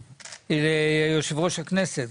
ליושב ראש הכנסת,